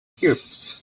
cubes